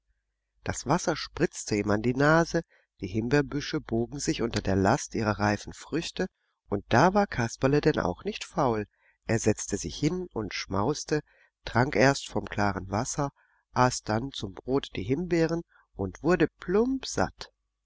das wasser spritzte ihm an die nase die himbeerbüsche bogen sich unter der last ihrer reifen früchte und da war kasperle denn auch nicht faul er setzte sich hin und schmauste trank erst vom klaren wasser aß dann zum brot die himbeeren und wurde plumpsatt